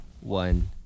one